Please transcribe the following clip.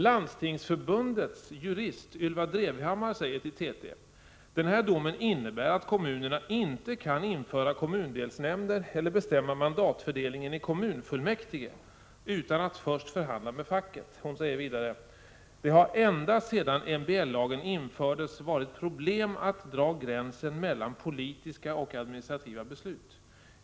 Landstingsförbundets jurist Ylva Drevhammar säger till TT: Den här domen innebär att kommunerna inte kan införa kommundelsnämnder eller bestämma mandatfördelningen i kommunfullmäktige utan att först förhandla med facket. Vidare säger hon: Det har ända sedan MBL-lagen infördes varit problem med att dra en gräns mellan politiska och administrativa beslut.